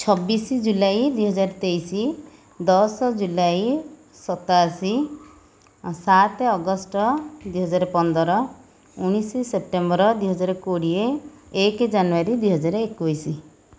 ଛବିଶ ଜୁଲାଇ ଦୁଇହଜାରତେଇଶ ଦଶ ଜୁଲାଇ ଶତାଅଶି ସାତ ଅଗଷ୍ଟ ଦୁଇହଜାରପନ୍ଦର ଉଣେଇଶ ସେପ୍ଟେମ୍ବର ଦୁଇହଜାରକୋଡ଼ିଏ ଏକ ଜାନୁୟାରୀ ଦୁଇହଜାରଏକୋଇଶ